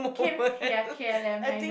K ya K L M I know